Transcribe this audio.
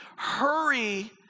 hurry